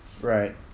right